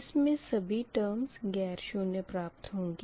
इसमें सभी टर्मस ग़ैर शून्य प्राप्त होंगी